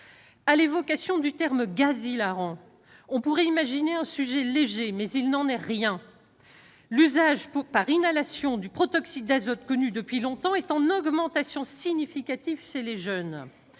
À l'évocation d'un « gaz hilarant », on pourrait imaginer un sujet léger, mais il n'en est rien ! L'usage par inhalation du protoxyde d'azote, connu depuis longtemps, est en augmentation significative chez les jeunes.